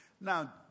Now